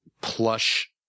plush